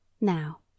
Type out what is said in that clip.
Now